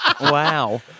Wow